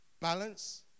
balance